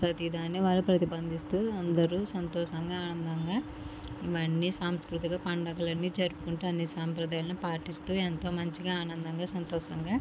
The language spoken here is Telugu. ప్రతీ దానిని వాళ్ళు ప్రతి బంధిస్తూ అందరూ సంతోషంగా ఆనందంగా ఇవన్నీ సాంస్కృతిక పండుగలు అన్నీ జరుపుకుంటూ అన్నీ సంప్రదాయాలని పాటిస్తూ ఎంతో మంచిగా ఆనందంగా సంతోషంగా